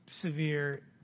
severe